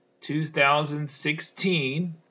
2016